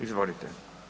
Izvolite.